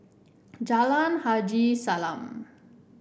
Jalan Haji Salam